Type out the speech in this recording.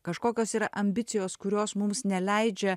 kažkokios yra ambicijos kurios mums neleidžia